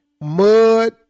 mud